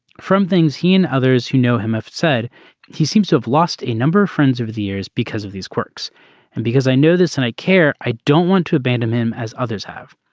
from things he and others who know him have said he seems to have lost a number of friends over the years because of these quirks and because i know this and i care. i don't want to abandon him as others have.